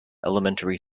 elementary